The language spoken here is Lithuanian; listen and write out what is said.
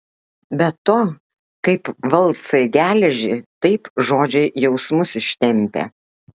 be to kaip valcai geležį taip žodžiai jausmus ištempia